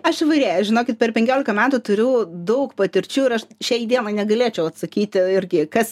aš įvairiai aš žinokit per penkiolika metų turiu daug patirčių ir aš šiai dienai negalėčiau atsakyti irgi kas